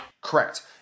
Correct